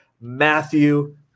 Matthew